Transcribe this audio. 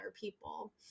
people